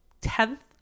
tenth